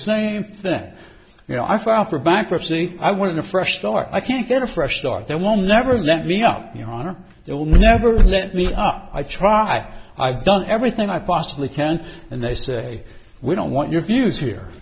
same thing you know i file for bankruptcy i want a fresh start i can't get a fresh start there will never let me know your honor they will never let me up i try i've done everything i possibly can and they say we don't want your views here